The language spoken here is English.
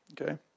Okay